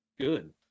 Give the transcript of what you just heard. good